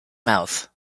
mouth